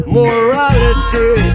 morality